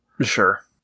Sure